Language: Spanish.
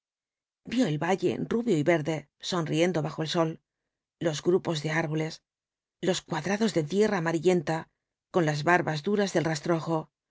vio el valle rubio y verde sonriendo bajo el sol los grupos de árboles los cuadrados de tierra amarillenta con las barbas duras del rastrojo